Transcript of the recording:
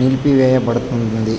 నిలిపివేయబడతాంది